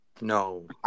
No